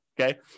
okay